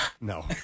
No